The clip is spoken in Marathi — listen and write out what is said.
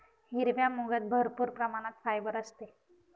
हिरव्या मुगात भरपूर प्रमाणात फायबर असते